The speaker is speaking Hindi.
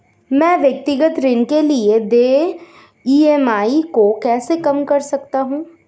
मैं व्यक्तिगत ऋण के लिए देय ई.एम.आई को कैसे कम कर सकता हूँ?